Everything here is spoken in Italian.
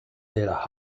della